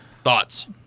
Thoughts